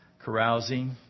carousing